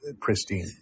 pristine